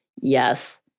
yes